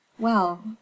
Well